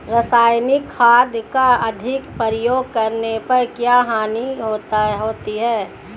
रासायनिक खाद का अधिक प्रयोग करने पर क्या हानि होती है?